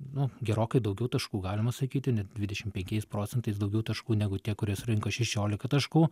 nu gerokai daugiau taškų galima sakyti net dvidešim penkiais procentais daugiau taškų negu tie kurie surinko šešiolika taškų